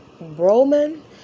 Roman